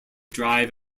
drive